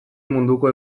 munduko